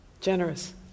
Generous